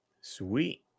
Sweet